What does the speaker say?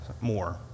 more